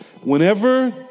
whenever